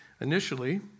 Initially